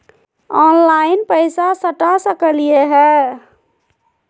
Online पैसा सटा सकलिय है?